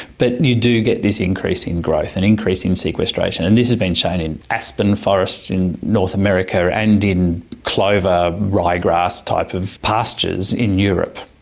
but you do get this increase in growth, an and increase in sequestration. and this has been shown in aspen forests in north america and in clover-rye grass type of pastures in europe.